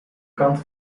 kant